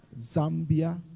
Zambia